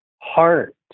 heart